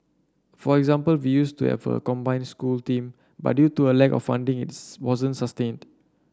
for example we used to have a combined school team but due to a lack of funding it's wasn't sustained